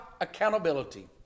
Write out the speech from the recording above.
accountability